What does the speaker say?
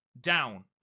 down